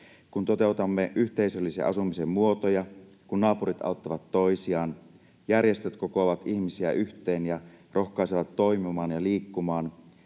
Kun toteutamme yhteisöllisiä asumisen muotoja, kun naapurit auttavat toisiaan, järjestöt kokoavat ihmisiä yhteen ja rohkaisevat toimimaan ja liikkumaan,